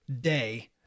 day